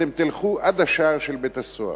אתם תלכו עד השער של בית-הסוהר.